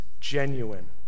genuine